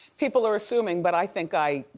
people are assuming, but i think i,